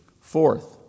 Fourth